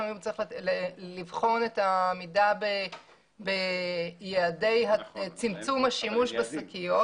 העמידה ביעדי צמצום השימוש בשקיות.